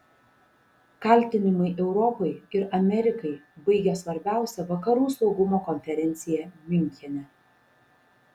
kaltinimai europai ir amerikai baigia svarbiausią vakarų saugumo konferenciją miunchene